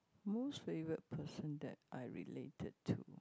most favourite person that I related to